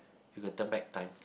you could turn back time